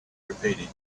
repeated